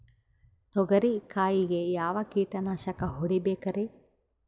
ತೊಗರಿ ಕಾಯಿಗೆ ಯಾವ ಕೀಟನಾಶಕ ಹೊಡಿಬೇಕರಿ?